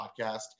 podcast